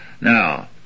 Now